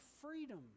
freedom